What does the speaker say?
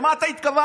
למה אתה התכוונת?